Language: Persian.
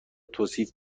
توصیف